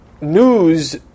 news